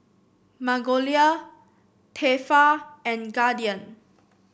Magnolia Tefal and Guardian